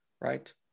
right